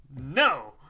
No